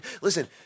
Listen